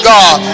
God